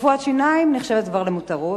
רפואת שיניים נחשבת כבר למותרות.